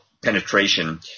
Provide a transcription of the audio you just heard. penetration